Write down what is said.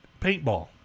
paintball